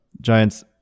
Giants